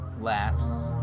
laughs